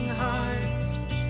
heart